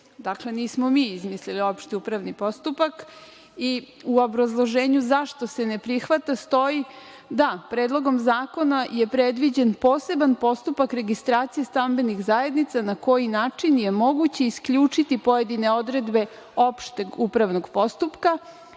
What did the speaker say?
Dakle, nismo mi izmislili opšti upravni postupak.U obrazloženju zašto se ne prihvata stoji da predlogom zakona je predviđen poseban postupak registracije stambenih zajednica na koji način je moguće isključiti pojedine odredbe opšteg upravnog postupka,